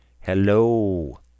Hello